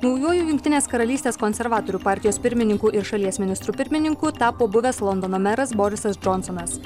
naujuoju jungtinės karalystės konservatorių partijos pirmininku ir šalies ministru pirmininku tapo buvęs londono meras borisas džonsonas